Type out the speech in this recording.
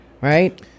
right